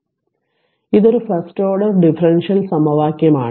അതിനാൽ ഇതൊരു first order differential സമവാക്യമാണ്